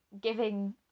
giving